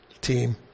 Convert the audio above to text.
team